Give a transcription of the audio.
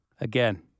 Again